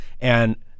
and-